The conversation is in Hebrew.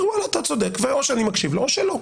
לו אתה צודק ואז או שאני מקשיב לו או שלא.